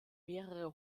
mehrere